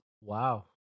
Wow